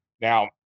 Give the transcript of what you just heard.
Now